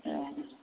ए